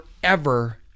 forever